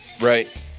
Right